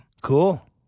cool